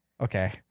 okay